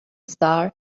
star